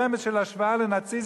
והיה איזה רמז של השוואה לנאציזם,